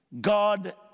God